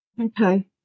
Okay